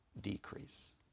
decrease